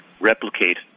replicate